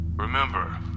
Remember